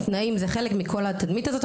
תנאים זה חלק מכל התדמית הזאת.